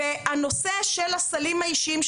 הנושא של הסלים האישיים,